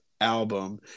album